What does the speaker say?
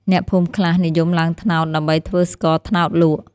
អ្នកភូមិខ្លះនិយមឡើងត្នោតដើម្បីធ្វើស្ករត្នោតលក់។